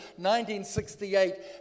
1968